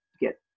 get